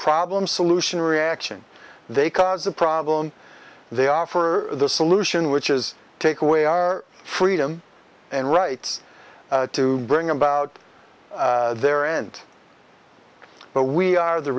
problem solution reaction they cause the problem they offer the solution which is take away our freedom and rights to bring about their end but we are the